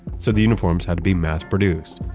so the uniforms had to be mass-produced.